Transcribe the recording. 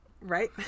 Right